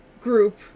group